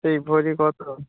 সেই ভরি কত